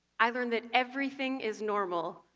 i learned that everything is normal,